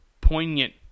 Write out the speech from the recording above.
poignant